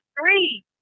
three